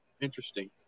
interesting